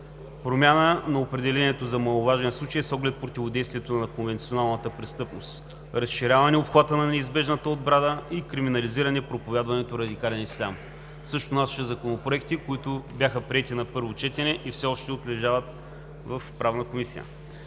промяна на определението за маловажен случай с оглед противодействието на конвенционалната престъпност, разширяване обхвата на неизбежната отбрана и криминализиране на проповядването на радикален ислям – също наши законопроекти, които бяха приети на първо четене, но все още отлежават в Правна комисия.